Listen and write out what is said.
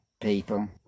people